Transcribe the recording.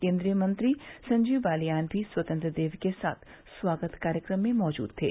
केन्द्रीय मंत्री संजीव बालियान भी स्वतंत्र देव के साथ स्वागत कार्यक्रम में मौजूद थे